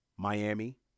Miami